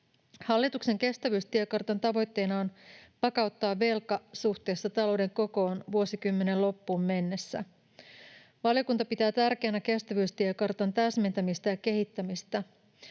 Hallituksen kestävyystiekartan tavoitteena on vakauttaa velka suhteessa talouden kokoon vuosikymmenen loppuun mennessä. Valiokunta pitää tärkeänä kestävyystiekartan täsmentämistä ja kehittämistä.